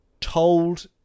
told